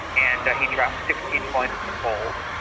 and he dropped sixteen points in the polls,